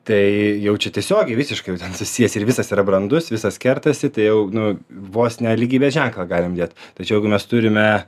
tai jau čia tiesiogiai visiškai jau ten susijęs ir visas yra brandus visas kertasi tai jau nu vos ne lygybės ženklą galim dėt tačiau gi mes turime